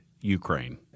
Ukraine